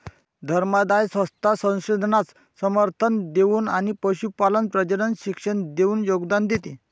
धर्मादाय संस्था संशोधनास समर्थन देऊन आणि पशुपालन प्रजनन शिक्षण देऊन योगदान देते